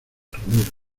ramiro